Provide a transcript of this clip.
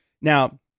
Now